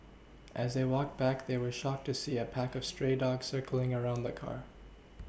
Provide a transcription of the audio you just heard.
as they walked back they were shocked to see a pack of stray dogs circling around the car